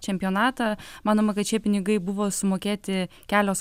čempionatą manoma kad šie pinigai buvo sumokėti kelios